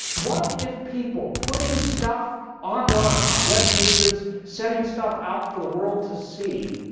what if people putting stuff online on web pages, setting stuff out for the world to see,